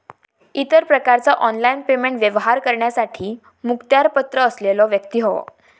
इतर प्रकारचा online payment व्यवहार करण्यासाठी मुखत्यारपत्र असलेलो व्यक्ती होवो